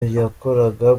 yakoraga